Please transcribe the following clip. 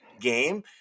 game